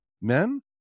Men